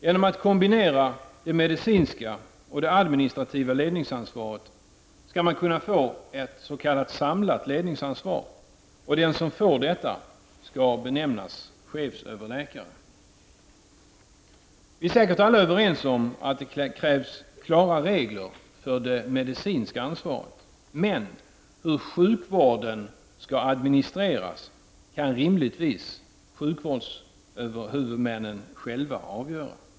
Genom att kombinera det medicinska och det administrativa ledningsansvaret skall man kunna få ett s.k. samlat ledningsansvar, och den som får detta skall benämnas chefsöverläkare. Vi är säkert alla överens om att det behövs klara regler för det medicinska ansvaret. Men hur sjukvården skall administreras kan rimligtvis sjukvårdshuvudmännen själva avgöra.